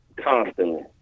Constantly